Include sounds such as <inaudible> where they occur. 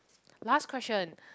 last question <breath>